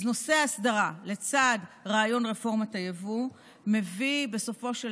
אז נושא הסדרה לצד רעיון רפורמת היבוא מביא בסופו של